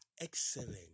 excellent